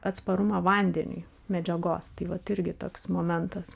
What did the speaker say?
atsparumą vandeniui medžiagos tai vat irgi toks momentas